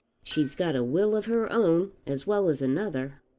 she's got a will of her own as well as another.